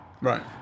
Right